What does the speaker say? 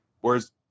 Whereas